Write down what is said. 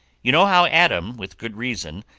you know how adam with good reason,